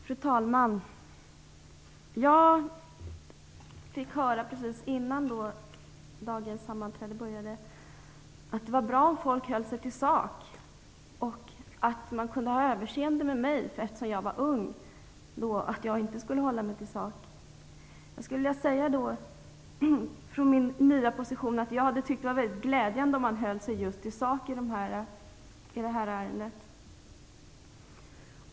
Fru talman! Precis innan dagens sammanträde började fick jag höra att det var bra om folk höll sig till sak och att man kunde ha överseende med mig om jag inte höll mig till sak, eftersom jag är ung. Från min nya position skulle jag då vilja säga att jag skulle ha tyckt att det var väldigt glädjande om man hade just hållit sig till sak i det här ärendet.